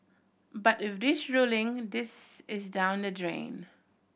but with this ruling this is down the drain